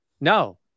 No